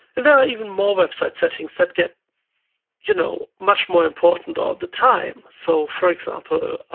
there are even more website settings that get you know much more important all the time. so for example,